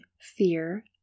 fear